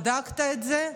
בדקת את זה?